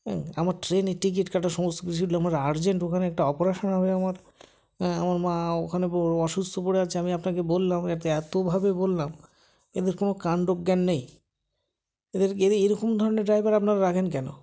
হুম আমার ট্রেনের টিকিট কাটা সমস্ত ছিল আমার আর্জেন্ট ওখানে একটা অপারেশান হবে আমার হ্যাঁ আমার মা ওখানে অসুস্থ পড়ে আছে আমি আপনাকে বললাম এতভাবে বললাম এদের কোনো কাণ্ডজ্ঞান নেই এদেরকে এরা এরকম ধরনের ড্রাইভার আপনারা রাখেন কেন